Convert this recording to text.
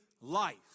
life